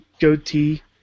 goatee